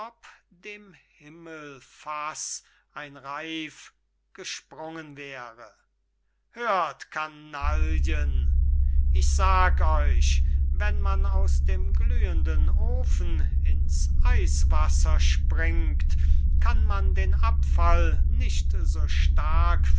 dem himmelfaß ein raif gesprungen wäre hört kanaillen ich sag euch wenn man aus dem glühenden ofen in's eiswasser springt kann man den abfall nicht so stark